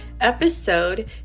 episode